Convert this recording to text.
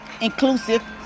inclusive